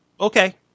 okay